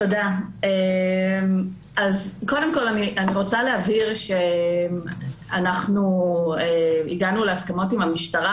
קודם כל אני רוצה להבהיר שאנחנו הגענו להסכמות עם המשטרה,